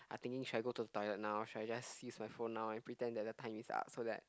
I thinking should I just go to the toilet now should I just freeze my phone now and pretend that the time is up so that